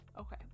Okay